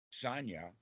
Sanya